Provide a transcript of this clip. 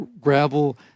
gravel